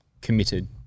committed